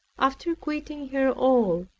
after quitting her all,